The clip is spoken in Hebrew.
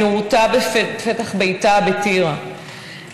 נורתה בפתח ביתה בטירה,